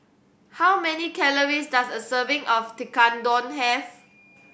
how many calories does a serving of Tekkadon have